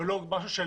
ולא משהו של